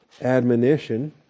admonition